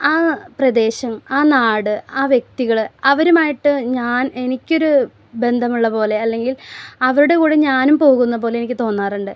ആ പ്രദേശം ആ നാട് ആ വ്യക്തികൾ അവരുമായിട്ട് ഞാൻ എനിക്കൊരു ബന്ധമുള്ളപോലെ അല്ലെങ്കിൽ അവരുടെകൂടെ ഞാനും പോകുന്നപോലെനിക്ക് തോന്നാറുണ്ട്